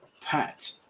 pat